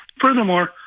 Furthermore